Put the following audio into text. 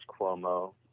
Cuomo